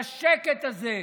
והשקט הזה,